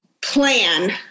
plan